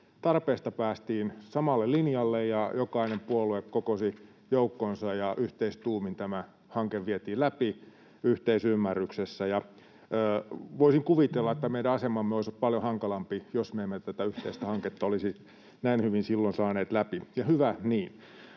tarpeesta päästiin samalle linjalle ja jokainen puolue kokosi joukkonsa ja yhteistuumin tämä hanke vietiin läpi yhteisymmärryksessä. Ja voisin kuvitella, että meidän asemamme olisi paljon hankalampi, jos me emme tätä yhteistä hanketta olisi näin hyvin silloin saaneet läpi — ja hyvä niin.